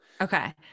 Okay